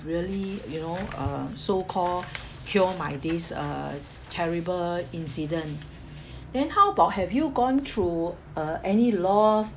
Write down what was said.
really you know uh so-called cured my days uh terrible incident then how about have you gone through uh any loss